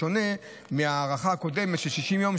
בשונה מההארכה הקודמת של 60 יום,